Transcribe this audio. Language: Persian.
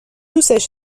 دوستش